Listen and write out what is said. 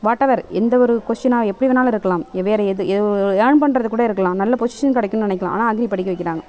whatever எந்த ஒரு கொஸ்டினாக எப்படி வேணாலும் இருக்கலாம் வேறே எது ஏர்ன் பண்றது கூட இருக்கலாம் நல்ல பொஷிசன் கிடைக்கும் நினைக்கலாம் ஆனால் அக்ரி படிக்க வக்கிறாங்க